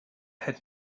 had